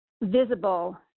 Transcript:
visible